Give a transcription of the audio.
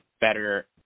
better